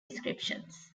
descriptions